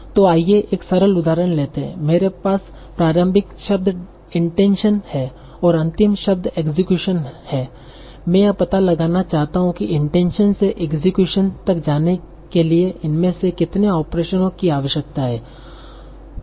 तो आइए एक सरल उदाहरण लेते हैं मेरे पास प्रारंभिक शब्द इंटेंशन है और अंतिम शब्द इक्सक्यूशन है मैं यह पता लगाना चाहता हूं कि इंटेंशन से इक्सक्यूशन तक जाने के लिए इनमें से कितने ऑपरेशनों की आवश्यकता है